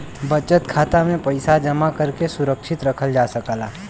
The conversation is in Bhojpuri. बचत खाता में पइसा जमा करके सुरक्षित रखल जा सकला